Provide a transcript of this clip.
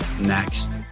next